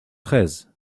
treize